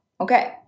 Okay